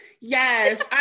Yes